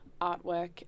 artwork